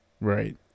Right